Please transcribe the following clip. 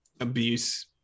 abuse